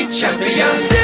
champions